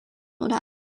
oder